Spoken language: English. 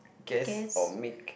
guess or make